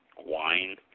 wine